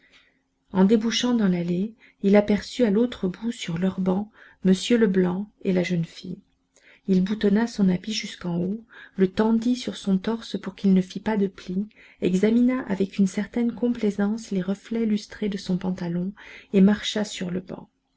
en débouchant dans l'allée il aperçut à l'autre bout sur leur banc m leblanc et la jeune fille il boutonna son habit jusqu'en haut le tendit sur son torse pour qu'il ne fît pas de plis examina avec une certaine complaisance les reflets lustrés de son pantalon et marcha sur le banc